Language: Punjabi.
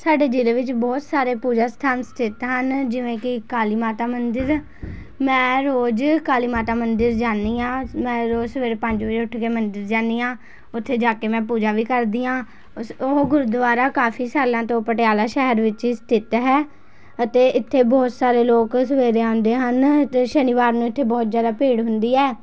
ਸਾਡੇ ਜ਼ਿਲ੍ਹੇ ਵਿੱਚ ਬਹੁਤ ਸਾਰੇ ਪੂਜਾ ਸਥਾਨ ਸਥਿਤ ਹਨ ਜਿਵੇਂ ਕਿ ਕਾਲੀ ਮਾਤਾ ਮੰਦਰ ਮੈਂ ਰੋਜ਼ ਕਾਲੀ ਮਾਤਾ ਮੰਦਰ ਜਾਂਦੀ ਹਾਂ ਮੈਂ ਰੋਜ਼ ਸਵੇਰੇ ਪੰਜ ਵਜੇ ਉੱਠ ਕੇ ਮੰਦਰ ਜਾਂਦੀ ਹਾਂ ਉੱਥੇ ਜਾ ਕੇ ਮੈਂ ਪੂਜਾ ਵੀ ਕਰਦੀ ਹਾਂ ਉਸ ਉਹ ਗੁਰਦੁਆਰਾ ਕਾਫੀ ਸਾਲਾਂ ਤੋਂ ਪਟਿਆਲਾ ਸ਼ਹਿਰ ਵਿੱਚ ਹੀ ਸਥਿਤ ਹੈ ਅਤੇ ਇੱਥੇ ਬਹੁਤ ਸਾਰੇ ਲੋਕ ਸਵੇਰੇ ਆਉਂਦੇ ਹਨ ਅਤੇ ਸ਼ਨੀਵਾਰ ਨੂੰ ਇੱਥੇ ਬਹੁਤ ਜ਼ਿਆਦਾ ਭੀੜ ਹੁੰਦੀ ਹੈ